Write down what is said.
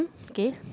okay